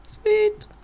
Sweet